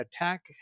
attack